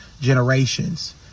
generations